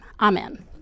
amen